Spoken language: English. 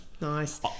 nice